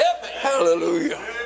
Hallelujah